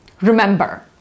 Remember